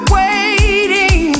waiting